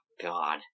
God